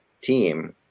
team